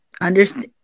understand